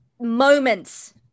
moments